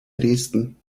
dresden